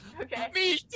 Okay